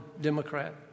Democrat